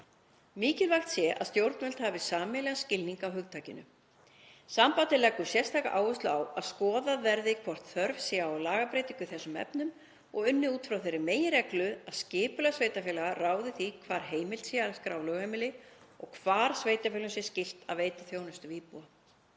Mikilvægt sé að stjórnvöld hafi sameiginlegan skilning á hugtakinu. Sambandið leggur sérstaka áherslu á að skoðað verði hvort þörf sé á lagabreytingu í þessum efnum og unnið út frá þeirri meginreglu að skipulag sveitarfélaga ráði því hvar heimilt sé að skrá lögheimili og hvar sveitarfélögum sé skylt að veita þjónustu við íbúa.